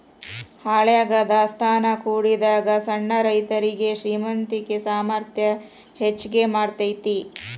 ಹಳ್ಯಾಗ ದಾಸ್ತಾನಾ ಕೂಡಿಡಾಗ ಸಣ್ಣ ರೈತರುಗೆ ಶ್ರೇಮಂತಿಕೆ ಸಾಮರ್ಥ್ಯ ಹೆಚ್ಗಿ ಮಾಡತೈತಿ